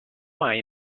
mai